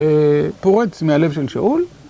פורץ מהלב של שאול.